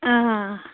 آ